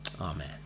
Amen